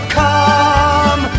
come